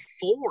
four